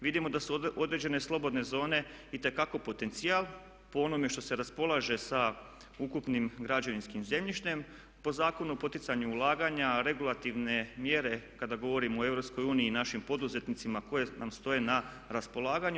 Vidimo da su određene slobodne zone itekako potencijal po onome što se raspolaže sa ukupnim građevinskim zemljištem, po Zakonu o poticanju ulaganja, regulativne mjere kada govorimo o EU i našim poduzetnicima koji nam stoje na raspolaganju.